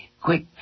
Quick